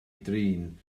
drin